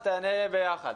אז תענה ביחד.